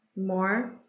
more